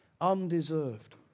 undeserved